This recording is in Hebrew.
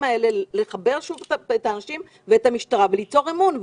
לחבר שוב את האנשים ואת המשטרה וליצור אמון,